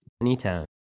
anytime